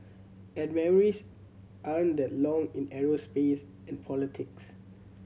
and memories aren't that long in aerospace and politics